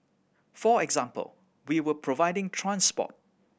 for example we were providing transport